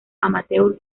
amateur